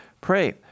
Pray